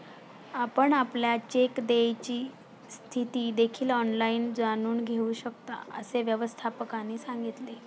आपण आपल्या चेक देयची स्थिती देखील ऑनलाइन जाणून घेऊ शकता, असे व्यवस्थापकाने सांगितले